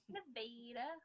Nevada